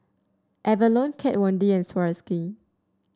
Avalon Kat Von D and Swarovski